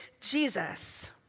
Jesus